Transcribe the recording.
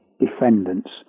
defendants